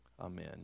Amen